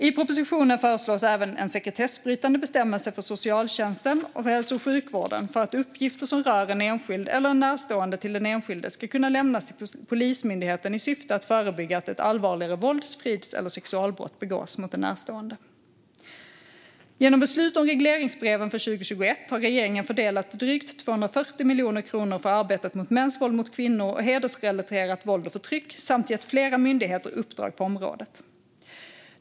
I propositionen föreslås även en sekretessbrytande bestämmelse för socialtjänsten och hälso och sjukvården för att uppgifter som rör en enskild eller en närstående till den enskilde ska kunna lämnas till Polismyndigheten i syfte att förebygga att ett allvarligare vålds-, frids eller sexualbrott begås mot den närstående. Genom beslut om regleringsbreven för 2021 har regeringen fördelat drygt 240 miljoner kronor för arbetet mot mäns våld mot kvinnor och hedersrelaterat våld och förtryck samt gett flera myndigheter uppdrag på området.